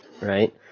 right